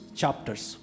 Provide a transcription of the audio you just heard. chapters